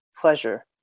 pleasure